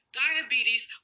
diabetes